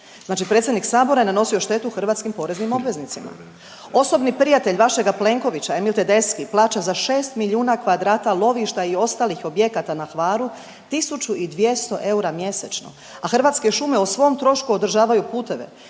Znači predsjednik sabora je nanosio štetu hrvatskim poreznim obveznicima. Osobni prijatelj vašeg Plenkovića, Emil Tedeschi plaća za 6 milijuna kvadrata lovišta i ostalih objekata na Hvaru, 1200 eura mjesečno, a Hrvatske šume o svom trošku održavaju puteve.